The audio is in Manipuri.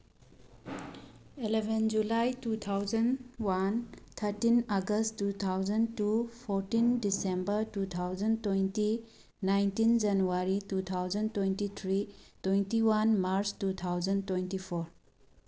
eleven July two thousand one thirteen August two thousand two fourteen December two thousand twenty nineteen January two thousand twenty three twenty one March two thousand twenty four